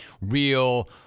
real